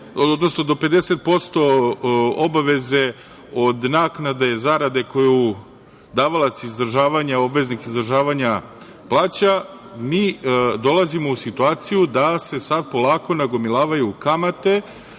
dosuditi do 50% obaveze od naknade zarade koju davalac izdržavanja, obveznik izdržavanja plaća, mi dolazimo u situaciju da se sada polako nagomilavaju kamate,